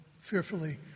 fearfully